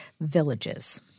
villages